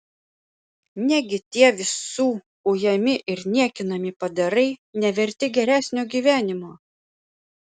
negi tie visų ujami ir niekinami padarai neverti geresnio gyvenimo